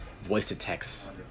voice-to-text